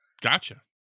Gotcha